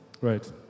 Right